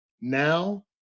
now